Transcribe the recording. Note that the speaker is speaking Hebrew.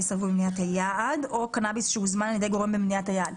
רפואי במדינת היעד או קנאביס שהוזמן על ידי גורם במדינת היעד".